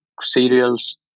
cereals